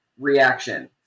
reaction